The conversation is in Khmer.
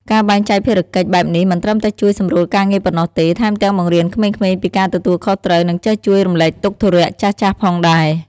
ការបែងចែកភារកិច្ចបែបនេះមិនត្រឹមតែជួយសម្រួលការងារប៉ុណ្ណោះទេ ថែមទាំងបង្រៀនក្មេងៗពីការទទួលខុសត្រូវ និងចេះជួយរំលែកទុកធុរះចាស់ៗផងដែរ ។